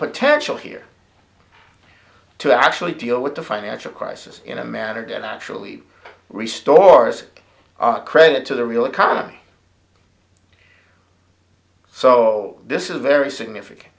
potential here to actually deal with the financial crisis in a manner that actually resources are credited to the real economy so this is very significant